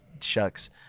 Shucks